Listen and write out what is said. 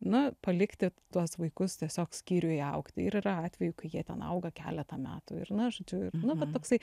nu palikti tuos vaikus tiesiog skyriuje augti ir yra atvejų kai jie ten auga keletą metų ir na žodžiu ir nu va toksai